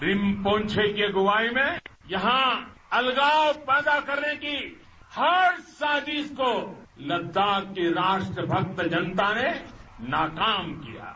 रिनपोनछे की अगुवाई में यहां अलगाव पैदा करने की हर साजिश को लद्दाख की राष्ट्र भक्त जनता ने नाकाम किया है